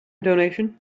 donation